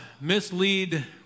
mislead